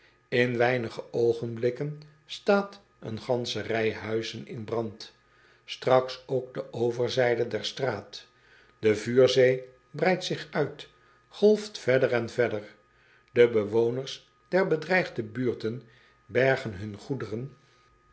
n weinig oogenblikken staat een gansche rij huizen in brand traks ook de overzijde der straat e vuurzee breidt zich uit golft verder en verder e bewoners der bedreigde buurten bergen hun goederen